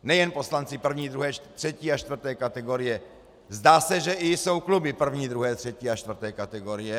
Nejen poslanci první, druhé, třetí a čtvrté kategorie, zdá se, že jsou i kluby první, druhé, třetí a čtvrté kategorie.